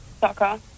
soccer